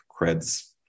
creds